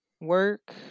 work